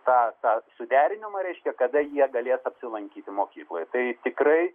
tą tą suderinimą reiškia kada jie galės apsilankyti mokykloj tai tikrai